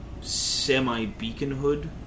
Semi-beaconhood